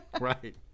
right